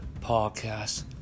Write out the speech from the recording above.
Podcast